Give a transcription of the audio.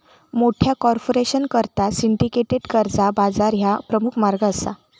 मोठ्या कॉर्पोरेशनकरता सिंडिकेटेड कर्जा बाजार ह्या प्रमुख मार्ग असा